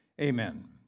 Amen